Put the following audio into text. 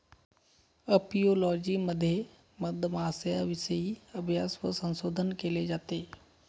apiology मध्ये मधमाश्यांविषयी अभ्यास व संशोधन केले जाते